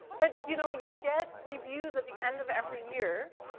but, you know, you get reviews at the end of every year,